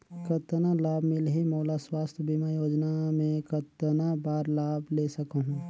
कतना लाभ मिलही मोला? स्वास्थ बीमा योजना मे कतना बार लाभ ले सकहूँ?